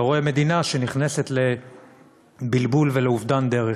אתה רואה מדינה שנכנסת לבלבול ולאובדן דרך.